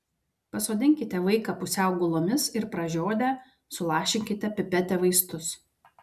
pasodinkite vaiką pusiau gulomis ir pražiodę sulašinkite pipete vaistus